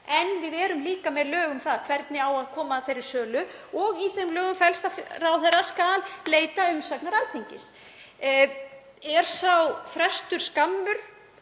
En við erum líka með lög um það hvernig á að koma að þeirri sölu og í þeim lögum felst að ráðherra skuli leita umsagnar Alþingis. Er sá frestur skammur?